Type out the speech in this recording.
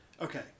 Okay